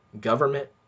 government